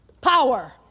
power